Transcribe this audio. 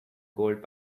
cold